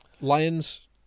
Lions